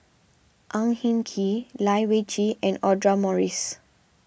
Ang Hin Kee Lai Weijie and Audra Morrice